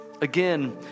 again